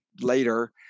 later